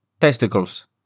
testicles